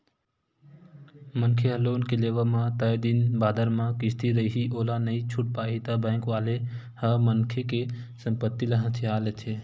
मनखे ह लोन के लेवब म तय दिन बादर म किस्ती रइही ओला नइ छूट पाही ता बेंक वाले ह मनखे के संपत्ति ल हथिया लेथे